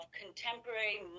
contemporary